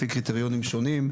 לפי קריטריונים שונים,